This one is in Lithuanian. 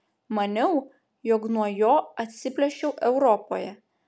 maniau jog nuo jo atsiplėšiau europoje